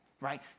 Right